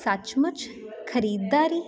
ਸੱਚਮੁੱਚ ਖਰੀਦਦਾਰੀ